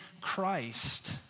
Christ